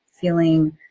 feeling